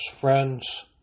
friends